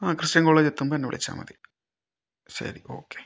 ആ Christian college എത്തുമ്പം എന്നെ വിളിച്ചാൽ മതി ശരി ഓക്കെ